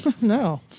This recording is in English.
No